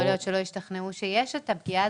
יכול להיות שלא השתכנעו שיש את הפגיעה